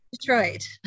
Detroit